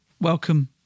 welcome